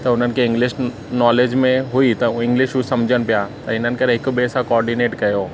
त हुननि खे इंग्लिश नॉलेज में हुई त उहा इंग्लिश उ सम्झनि पिया त हिन करे हिक ॿिए सां कार्डीनेट कयो